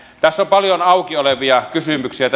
tässä sakn esityksessä on paljon auki olevia kysymyksiä